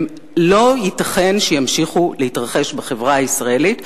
לא ייתכן שימשיכו להתרחש בחברה הישראלית,